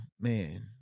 man